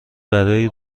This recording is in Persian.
برای